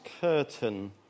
curtain